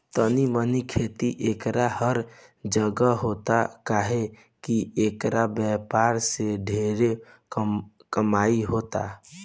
तनी मनी खेती एकर हर जगह होता काहे की एकर व्यापार से ढेरे कमाई होता